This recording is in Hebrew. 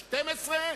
בדצמבר,